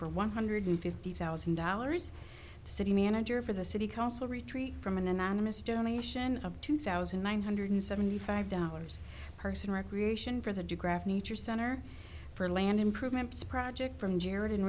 for one hundred fifty thousand dollars city manager for the city council retreat from an anonymous donation of two thousand one hundred seventy five dollars parks and recreation for the digraph nature center for land improvement project from jarrett and